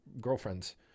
girlfriends